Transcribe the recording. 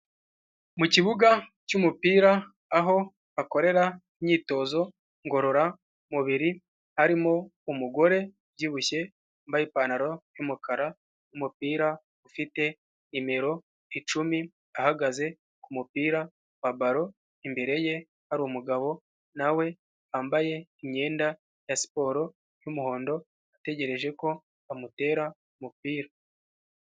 Mu kibuga cy'umupira aho akorera imyitozo ngororamubiri harimo umugore ubyibushye wambaye ipantaro y'umukara umupira ufite nimero icumi ahagaze ku mupira wa balo imbere ye hari umugabo nawe wambaye imyenda ya siporo y'umuhondo ategereje ko amutera umupira.